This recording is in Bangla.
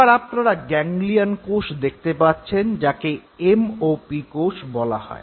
এবার আপনারা গ্যাংলিয়ন কোষ দেখতে পাচ্ছেন যাকে এম ও পি কোষ বলা হয়